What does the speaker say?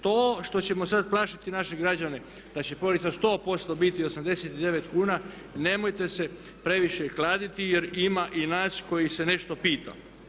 To što ćemo sad plašiti naše građane da će polica 100% biti 89 kuna nemojte se previše kladiti jer ima i nas koji se nešto pitamo.